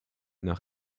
nach